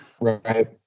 Right